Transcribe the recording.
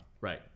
Right